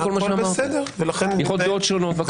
יש דעות שונות.